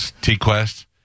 T-Quest